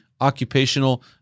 Occupational